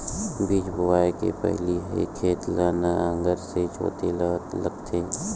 बीज बोय के पहिली खेत ल नांगर से जोतेल लगथे?